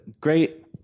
great